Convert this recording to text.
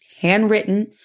handwritten